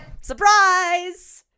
Surprise